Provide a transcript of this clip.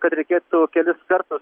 kad reikėtų kelis kartus